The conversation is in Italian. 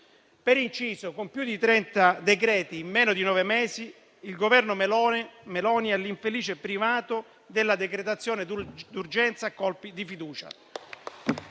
Per inciso, con più di trenta decreti in meno di nove mesi, il Governo Meloni ha l'infelice primato della decretazione d'urgenza a colpi di fiducia.